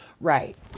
Right